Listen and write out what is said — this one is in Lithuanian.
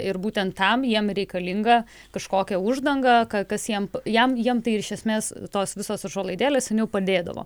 ir būtent tam jiem reikalinga kažkokia uždanga kas jiems jam jiem tai iš esmės tos visos užuolaidėlės seniau padėdavo